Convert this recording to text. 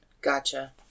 Gotcha